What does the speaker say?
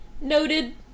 Noted